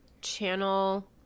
channel